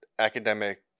academic